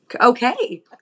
okay